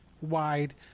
wide